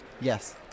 Yes